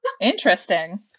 Interesting